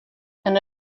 and